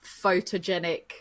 photogenic